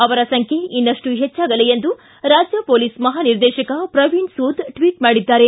ಅವರ ಸಂಖ್ಯೆ ಇನ್ನಷ್ಟು ಹೆಚ್ಚಾಗಲಿ ಎಂದು ರಾಜ್ಯ ಪೊಲೀಸ್ ಮಹಾನಿರ್ದೇಶಕ ಪ್ರವೀಣ್ ಸೂದ್ ಟ್ವಟ್ ಮಾಡಿದ್ದಾರೆ